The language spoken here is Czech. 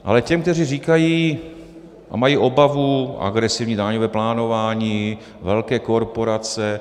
Ale těm, kteří říkají a mají obavu: agresivní daňové plánování, velké korporace.